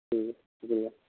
ٹھیک ہے شکریہ